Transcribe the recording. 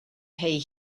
pay